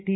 T